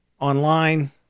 online